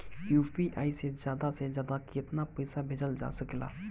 UPI से ज्यादा से ज्यादा केतना पईसा भेजल जा सकेला?